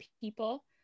people